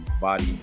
body